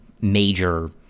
major